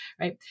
right